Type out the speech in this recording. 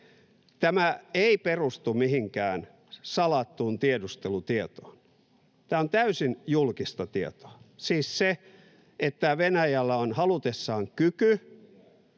Tämä ei perustu mihinkään salattuun tiedustelutietoon, tämä on täysin julkista tietoa, siis se, että Venäjällä on halutessaan kyky